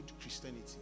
Christianity